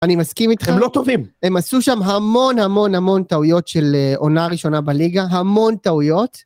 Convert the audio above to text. אני מסכים איתך. הם לא טובים. הם עשו שם המון המון המון טעויות של עונה ראשונה בליגה, המון טעויות.